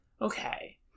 Okay